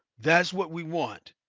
that's what we want.